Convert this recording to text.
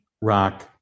rock